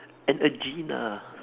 and aegina